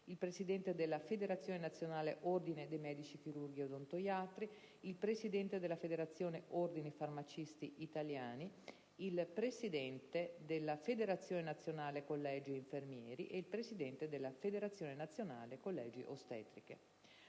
il presidente della Federazione nazionale ordini medici chirurghi e odontoiatri (FNOMCeO), il presidente della Federazione ordini farmacisti italiani (FOFI), il presidente della Federazione nazionale collegi infermieri (IPASVI) e il presidente della Federazione nazionale collegi ostetriche